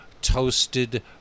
toasted